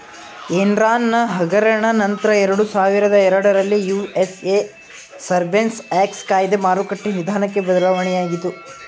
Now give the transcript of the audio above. Enron ಹಗರಣ ನಂತ್ರ ಎರಡುಸಾವಿರದ ಎರಡರಲ್ಲಿ ಯು.ಎಸ್.ಎ ಸರ್ಬೇನ್ಸ್ ಆಕ್ಸ್ಲ ಕಾಯ್ದೆ ಮಾರುಕಟ್ಟೆ ವಿಧಾನಕ್ಕೆ ಬದಲಾವಣೆಯಾಗಿತು